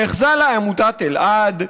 נאחזה לה עמותת אלעד,